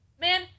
Man